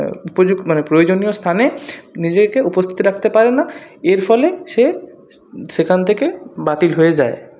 উপযু মানে প্রয়োজনীয় স্থানে নিজেকে উপস্থিত রাখতে পারেনা এর ফলে সে সেখান থেকে বাতিল হয়ে যায়